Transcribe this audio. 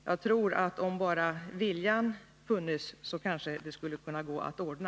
Jag tror att det om bara viljan funnes kanske skulle kunna gå att ordna.